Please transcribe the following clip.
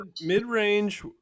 Mid-range